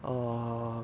err